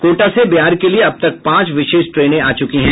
कोटा से बिहार के लिए अब तक पांच विशेष ट्रेन आ चुकी है